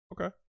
okay